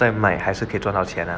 在卖还是可以赚到钱 ah